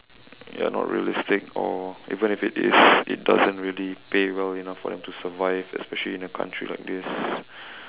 ya not realistic or even if it is it doesn't really pay well enough for them to survive especially in a country like this